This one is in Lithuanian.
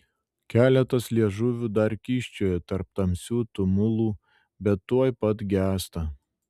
keletas liežuvių dar kyščioja tarp tamsių tumulų bet tuoj pat gęsta